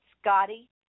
Scotty